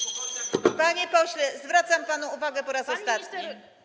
Panie pośle, zwracam panu uwagę po raz ostatni.